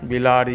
बिलाड़ि